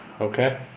Okay